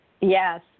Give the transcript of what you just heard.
Yes